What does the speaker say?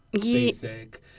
basic